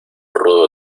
rudo